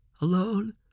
alone